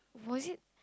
was it